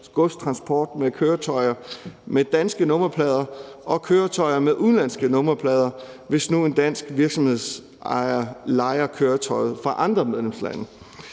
godstransport med køretøjer med danske nummerplader og køretøjer med udenlandske nummerplader, hvis nu en dansk virksomhedsejer lejer køretøjet fra andre medlemslande.